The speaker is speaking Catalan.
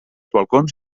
balcons